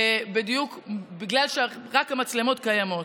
בדיוק בגלל שרק המצלמות קיימות.